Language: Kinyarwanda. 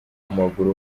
w’amaguru